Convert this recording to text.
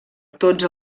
tots